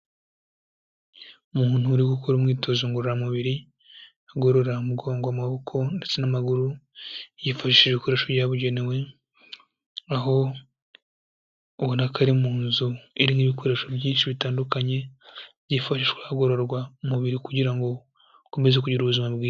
Umuntu uri gukora umwitozo ngororamubiri, agorora umugongo, amaboko ndetse n'amaguru, yifashishije ibikoresho byabugenewe, aho ubona ko ari mu nzu irimo ibikoresho byinshi bitandukanye, byifashishwa hagororwa umubiri kugira ngo ukomeze kugira ubuzima bwiza.